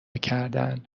کردن